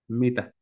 mitä